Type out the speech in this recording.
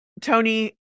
Tony